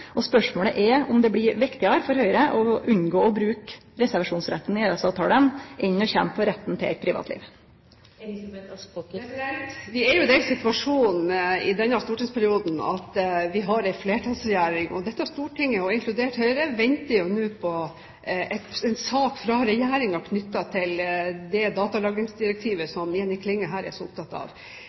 Spørsmålet er om det blir viktigare for Høgre å unngå å bruke reservasjonsretten i EØS-avtalen enn å kjempe for retten til eit privatliv. Vi er jo i den situasjonen i denne stortingsperioden at vi har en flertallsregjering, og dette stortinget, inkludert Høyre, venter jo nå på en sak fra regjeringen, knyttet til det datalagringsdirektivet som Jenny Klinge her er så opptatt av.